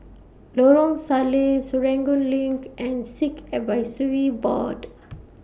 Lorong Salleh Serangoon LINK and Sikh Advisory Board